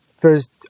first